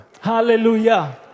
Hallelujah